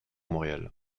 montréal